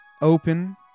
Open